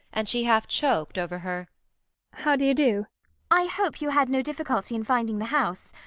and she half choked over her how do you do i hope you had no difficulty in finding the house.